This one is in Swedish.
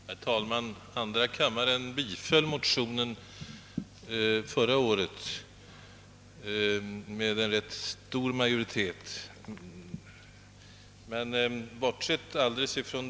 Herr talman! Förra året biföll andra kammaren med ganska stor majoritet en motsvarande motion.